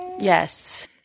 Yes